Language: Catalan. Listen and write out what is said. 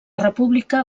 república